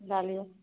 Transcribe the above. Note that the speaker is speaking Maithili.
डालियौ